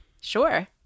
Sure